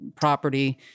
property